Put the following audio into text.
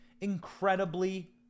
incredibly